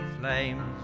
flames